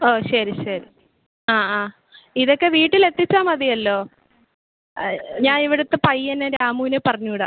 ഓ ശരി ശരി ആ അ ഇതക്കെ വീട്ടിലെത്തിച്ചാൽ മതിയല്ലോ ഞാനിവിടുത്തെ പയ്യനെ രാമൂനെ പറഞ്ഞ് വിടാം